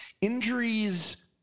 injuries